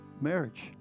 marriage